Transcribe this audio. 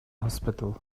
hospital